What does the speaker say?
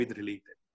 related